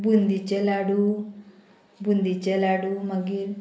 बुंदीचे लाडू बुंदीचे लाडू मागीर